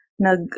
Nag